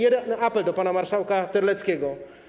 I apel do pana marszałka Terleckiego.